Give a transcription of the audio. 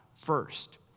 first